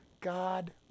God